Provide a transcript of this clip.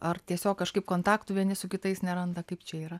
ar tiesiog kažkaip kontaktų vieni su kitais neranda kaip čia yra